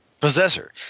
Possessor